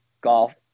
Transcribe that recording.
golf